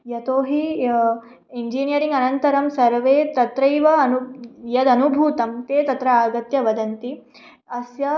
यतो हि य इञ्जिनीयरिङ्ग् अनन्तरं सर्वे तत्रैव अनु यदनुभूतं ते तत्र आगत्य वदन्ति अस्य